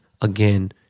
again